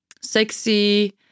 sexy